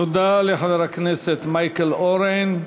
תודה לחבר הכנסת מייקל אורן.